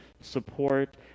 support